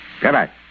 Goodbye